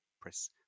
press